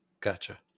Gotcha